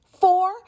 Four